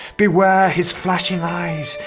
beware! his flashing eyes,